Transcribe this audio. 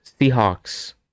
Seahawks